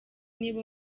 niba